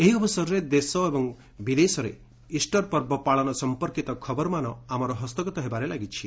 ଏହି ଅବସରରେ ଦେଶ ଏବଂ ବିଦେଶରେ ଇଷ୍ଟର ପର୍ବ ପାଳନ ସମ୍ପର୍କିତ ଖବରମାନ ହସ୍ତଗତ ହେବାରେ ଲାଗିଛି